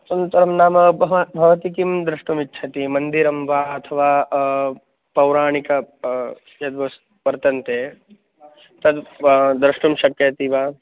सञ्चरं नाम बहु भवति किं द्रष्टुमिच्छति मन्दिरं वा अथवा पौराणिक चेत् यद् वर्तन्ते तत् द्रष्टुं शक्यते वा